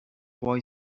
boy